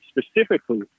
specifically